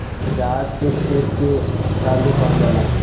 जहाज के खेप के कार्गो कहल जाला